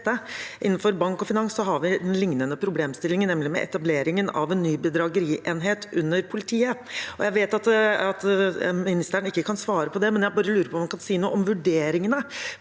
innenfor bank og finans har vi en lignende problemstilling, nemlig etableringen av en ny bedragerienhet under politiet. Jeg vet at ministeren ikke kan svare på det, men jeg bare lurer på om han kan si noe om vurderingene,